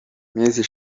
misi